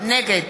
נגד